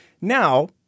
Now